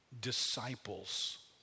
disciples